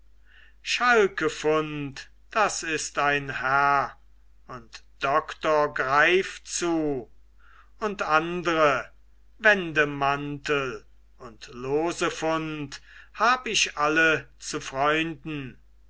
schalkefund das ist ein herr und doktor greifzu und andre wendemantel und losefund hab ich alle zu freunden